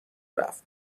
رفت